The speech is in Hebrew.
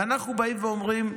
ואנחנו באים ואומרים: